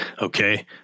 okay